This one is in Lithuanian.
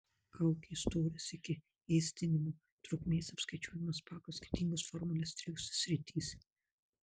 kaukės storis iki ėsdinimo trukmės apskaičiuojamas pagal skirtingas formules trijose srityse